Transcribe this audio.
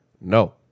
No